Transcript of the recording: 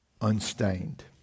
unstained